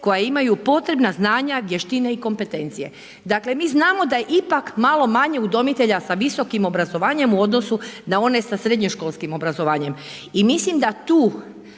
koje imaju potrebna znanja, vještine i kompetencije. Dakle, mi znamo da je ipak malo manje udomitelja sa visokim obrazovanjem u odnosu na one sa srednjoškolskim obrazovanjem i mislim da tu